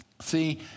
See